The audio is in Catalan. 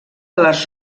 les